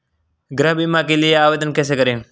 गृह बीमा के लिए आवेदन कैसे करें?